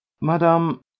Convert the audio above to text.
Madame